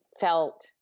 felt